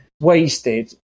wasted